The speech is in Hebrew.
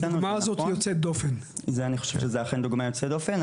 אני חושב שזו אכן דוגמה יוצאת דופן.